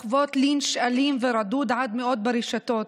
לחוות לינץ' אלים ורדוד עד מאוד ברשתות,